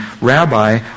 Rabbi